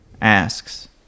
asks